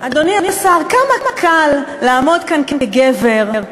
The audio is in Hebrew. אדוני השר, כמה קל לעמוד כאן, כגבר,